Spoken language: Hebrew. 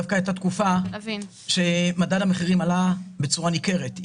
דווקא הייתה תקופה שמדד המחירים עלה בצורה ניכרת.